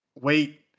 wait